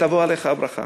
ותבוא עליך הברכה.